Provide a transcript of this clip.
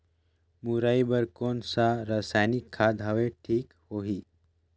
मुरई बार कोन सा रसायनिक खाद हवे ठीक होही?